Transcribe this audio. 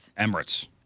Emirates